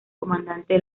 comandante